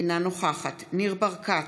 אינה נוכחת ניר ברקת,